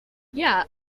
yeah